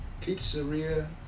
Pizzeria